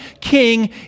king